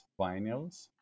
vinyls